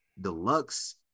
deluxe